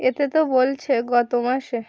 এতে তো বলছে গত মাসে